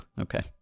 okay